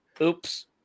oops